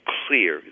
clear